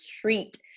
treat